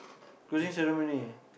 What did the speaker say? closing ceremony